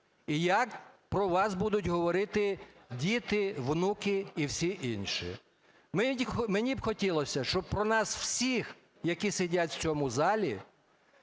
і як про вас будуть говорити діти, онуки і всі інші? Мені б хотілося, щоб про нас усіх, які сидять у цьому залі,